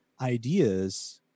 ideas